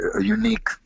unique